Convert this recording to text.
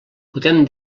podem